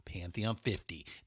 pantheon50